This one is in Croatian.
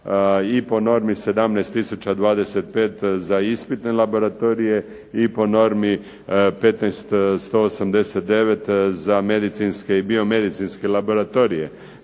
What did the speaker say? i po normi 17 tisuća 25 za ispitne laboratorije, i po normi 15,189 za medicinske i biomedicinske laboratorije.